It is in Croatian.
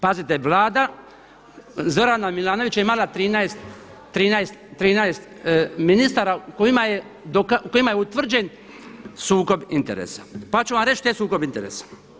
Pazite vlada Zorana Milanovića je imala 13 ministara kojima je utvrđen sukob interesa, pa ću vam reć šta je sukob interesa.